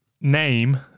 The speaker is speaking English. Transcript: name